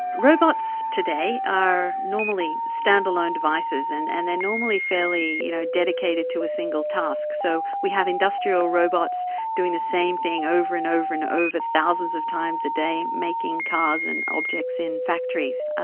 robots today are normally standalone devices, and and they're normally fairly you know dedicated to a single task. so we have industrial robots doing the same thing over and over and over, thousands of times a day, making cars and objects in factories.